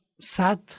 sad